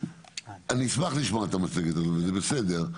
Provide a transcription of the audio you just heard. אני אשמח לשמוע את המצגת הזאת וזה בסדר,